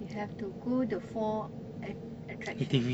you have to go the four att~ attraction